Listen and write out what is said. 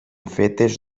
fetes